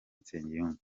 nsengiyumva